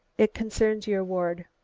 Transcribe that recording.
it concerns your ward.